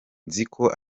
nziko